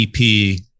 EP